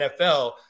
NFL